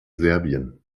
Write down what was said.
serbien